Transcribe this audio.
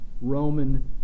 Roman